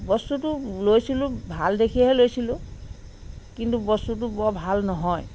বস্তুটো লৈছিলোঁ ভাল দেখিহে লৈছিলোঁ কিন্তু বস্তুটো বৰ ভাল নহয়